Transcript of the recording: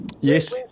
Yes